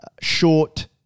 short